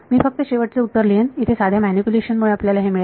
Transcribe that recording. मी फक्त शेवटचे उत्तर लिहेन इथे साध्या मॅनिप्युलेशन मुळे आपल्याला हे मिळेल